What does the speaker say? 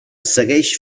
segueix